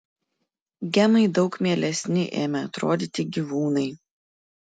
gemai daug mielesni ėmė atrodyti gyvūnai